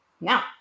Now